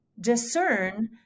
discern